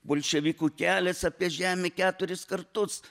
bolševiko kelias apie žemę keturis kartus